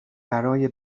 برای